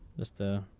mr.